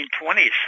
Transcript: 1920s